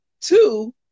Two